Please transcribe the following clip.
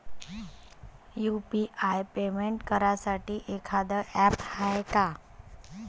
UPI payment करासाठी एखांद app हाय का?